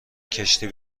کشتی